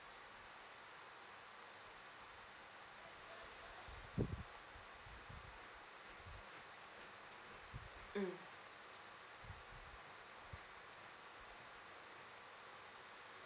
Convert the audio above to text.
mm mm